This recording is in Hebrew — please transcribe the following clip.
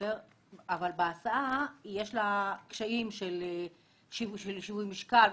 הספר אבל בהסעה יש לה קשיים של שיווי משקל.